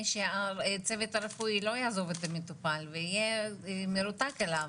טיפול שהצוות הרפואי לא יעזוב את המטופל ויהיה מרותק אליו.